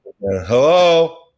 Hello